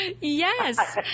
Yes